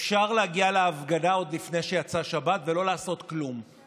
אפשר להגיע להפגנה עוד לפני שיצאה שבת ולא לעשות כלום.